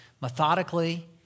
methodically